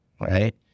Right